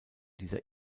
dieser